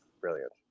brilliant